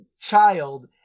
child